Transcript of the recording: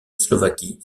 slovaquie